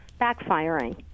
backfiring